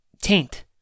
taint